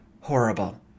horrible